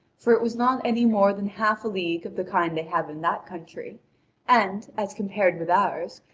for it was not any more than half a league of the kind they have in that country and, as compared with ours,